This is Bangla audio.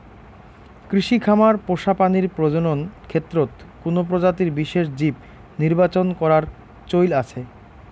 কৃষি খামার পোষা প্রাণীর প্রজনন ক্ষেত্রত কুনো প্রজাতির বিশেষ জীব নির্বাচন করার চৈল আছে